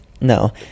no